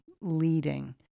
leading